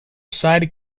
side